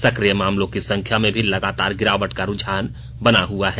सक्रिय मामलों की संख्या में भी लगातार गिरावट का रूझान बना हुआ है